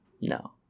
No